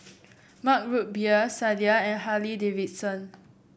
Mug Root Beer Sadia and Harley Davidson